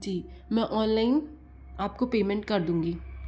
जी मैं ऑनलाइन आपको पेमेंट कर दूँगी